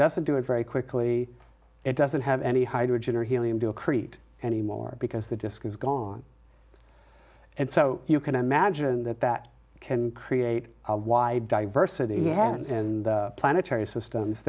doesn't do it very quickly it doesn't have any hydrogen or helium to a create anymore because the disk is gone and so you can imagine that that can create why diversity happens in the planetary system